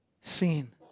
seen